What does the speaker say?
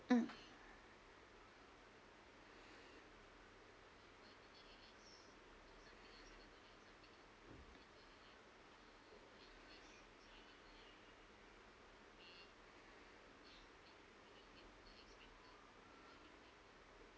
mm